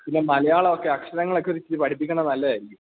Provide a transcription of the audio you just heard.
പിന്നെ മലയാളമൊക്കെ അക്ഷരങ്ങളൊക്കെ ഒരിത്തിരി പഠിപ്പിക്കുന്നത് നല്ലതായിരിക്കും